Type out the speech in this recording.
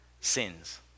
sins